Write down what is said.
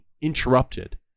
interrupted